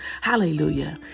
Hallelujah